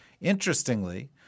Interestingly